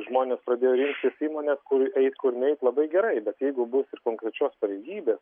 žmonės pradėjo rinktis įmones kur eiti kur neit labai gerai bet jeigu bus ir konkrečios pareigybės